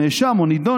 נאשם או נידון,